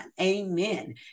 Amen